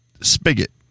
Spigot